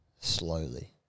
slowly